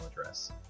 address